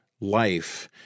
life